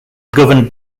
governed